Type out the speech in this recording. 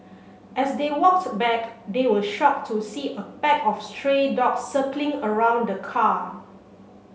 as they walks back they were shocked to see a pack of stray dog circling around the car